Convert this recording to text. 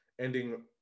Ending